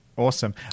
Awesome